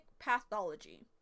pathology